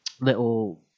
little